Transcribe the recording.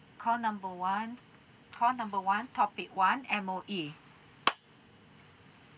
call number one call number one topic one M_O_E